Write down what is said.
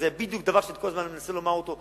זה בדיוק דבר שאני כל הזמן מנסה לומר אותו.